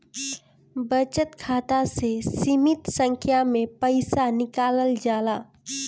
बचत खाता से सीमित संख्या में पईसा निकालल जाला